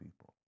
people